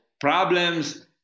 problems